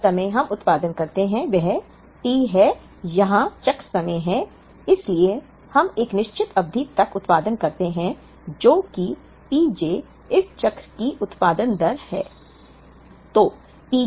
जिस समय हम उत्पादन करते हैं वह T है यहां चक्र समय है इसलिए हम एक निश्चित अवधि तक उत्पादन करते हैं जो कि P j इस चक्र की उत्पादन दर है